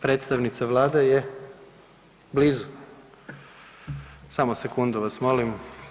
Predstavnica Vlade je blizu, samo sekundu vas molim.